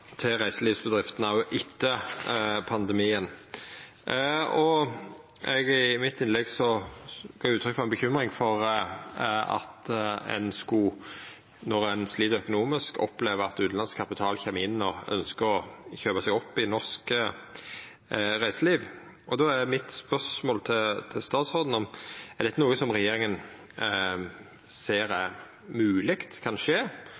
reiselivsbedriftene òg etter pandemien. I innlegget mitt gav eg uttrykk for uro for at ein skulle, når ein slit økonomisk, oppleva at utanlandsk kapital kjem og ønskjer å kjøpa seg opp i norsk reiseliv. Då er spørsmålet mitt til statsråden: Er dette noko som regjeringa ser er mogeleg kan skje,